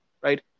right